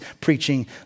preaching